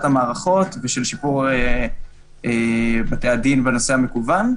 המערכות ושיפור המצב בבתי-הדין בנושא המקוון.